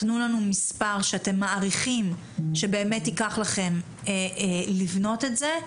תנו לנו מספר שאתם מעריכים שבאמת ייקח לכם לבנות את זה,